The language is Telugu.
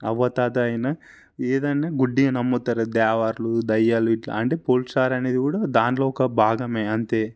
అవ్వాతాత అయినా ఏదైనా గుడ్డిగా నమ్ముతారు దేవర్లు దయ్యాలు ఇట్లా అంటే పోల్స్టార్ అనేది కూడా దాంట్లో ఒక భాగమే అంతే